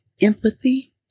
Empathy